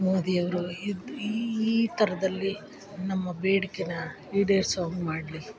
ಮೋದಿಯವರು ಯುದ್ ಈ ಈ ಥರದಲ್ಲಿ ನಮ್ಮ ಬೇಡಿಕೆ ಈಡೇರ್ಸೋವಂಗ್ ಮಾಡಲಿ